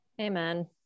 Amen